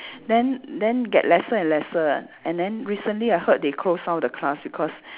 then then get lesser and lesser ah and then recently I heard they close down the class because